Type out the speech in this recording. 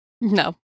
No